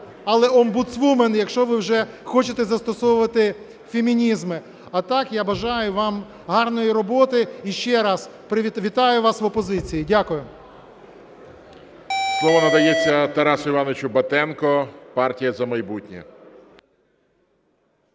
але омбудсвумен, якщо ви вже хочете застосовувати фемінізми. А так, я бажаю вам гарної роботи. І ще раз, вітаю вас в опозиції. Дякую. ГОЛОВУЮЧИЙ. Слово надається Тарасу Івановичу Батенку, "Партія "За майбутнє".